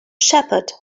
shepherd